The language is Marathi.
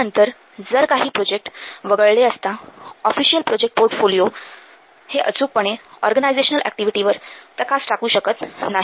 त्यानंतर जर काही प्रोजेक्ट वगळले असता ऑफिशियल प्रोजेक्ट पोर्टफोलिओ हे अचूकपणे ऑर्गनायझेशनल एक्टिविटीवर प्रकाश टाकू शकत नाही